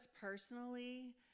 personally